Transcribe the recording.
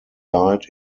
died